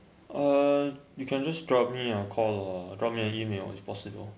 uh you can just drop me a call or drop me an email is possible